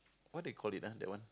what they call it ah that one